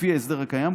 לפי ההסדר הקיים,